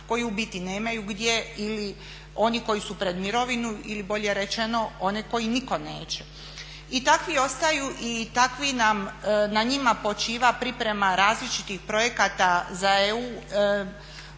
koji u biti nemaju gdje ili oni koji su pred mirovinu ili bolje rečeno one koje nitko neće. I takvi ostaju i takvi nam, na njima počiva priprema različitih projekata za EU,